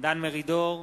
דן מרידור,